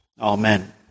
Amen